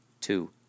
Two